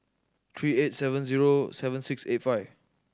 three eight seven zero seven six eight five